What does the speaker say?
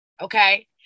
Okay